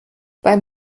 beim